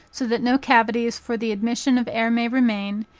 so that no cavities for the admission of air may remain,